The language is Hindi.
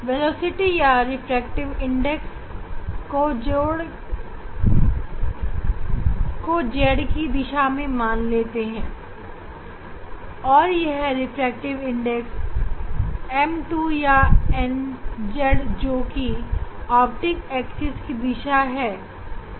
वेलोसिटी या रिफ्रैक्टिव इंडेक्स को ऑप्टिक्स एक्सिस की दिशा z में n2 or nz में मान लेते हैं